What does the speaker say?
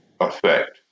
effect